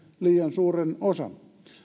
liian suuren osan